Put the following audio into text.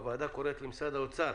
הוועדה קוראת למשרד האוצר